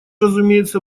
разумеется